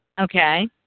Okay